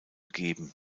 geben